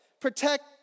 Protect